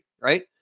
right